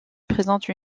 présente